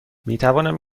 میتوانم